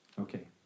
okay